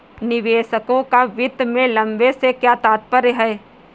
निवेशकों का वित्त में लंबे से क्या तात्पर्य है?